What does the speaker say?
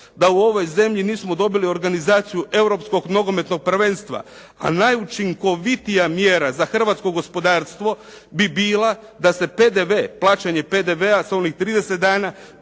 da u ovoj zemlji nismo dobili organizaciju europskog nogometnog prvenstva a najučinkovitija mjera za hrvatsko gospodarstvo bi bila da se PDV, plaćanje PDV-a sa onih 30 dana